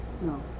no